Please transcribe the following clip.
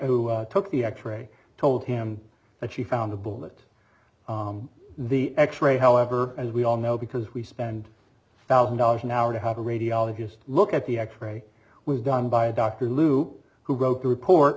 who took the x ray told him that she found a bullet the x ray however as we all know because we spend a thousand dollars an hour to have a radiologist look at the x ray was done by a doctor lou who wrote the report